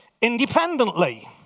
independently